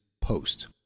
post